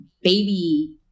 baby